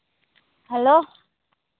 hello